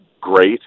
Great